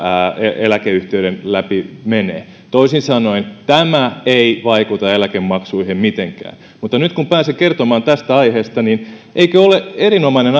eläkeyhtiöiden läpi menee toisin sanoen tämä ei vaikuta eläkemaksuihin mitenkään mutta nyt kun pääsin kertomaan tästä aiheesta niin eikö ole erinomainen